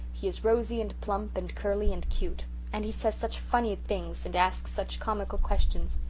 he is rosy and plump and curly and cute and he says such funny things and asks such comical questions.